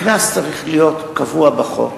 הקנס צריך להיות קבוע בחוק.